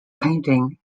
painting